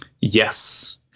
yes